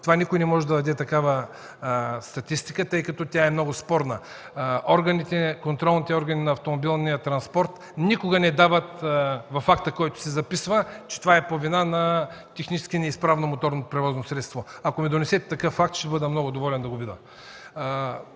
Никой не може да даде такава статистика, тъй като тя е много спорна. Контролните органи на автомобилния транспорт никога не дават в акта, който се записва, че това е по вина на технически неизправно моторно превозно средство. Ако ми донесете такъв акт, ще бъда много доволен да го видя.